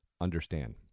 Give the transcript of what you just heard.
understand